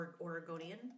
Oregonian